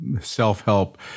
self-help